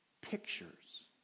pictures